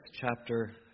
chapter